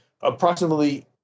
approximately